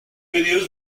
videos